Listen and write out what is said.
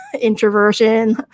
introversion